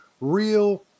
real